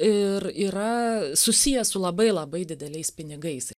ir yra susijęs su labai labai dideliais pinigais